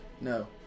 No